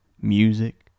Music